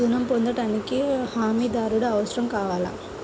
ఋణం పొందటానికి హమీదారుడు అవసరం కావాలా?